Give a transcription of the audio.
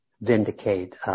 vindicate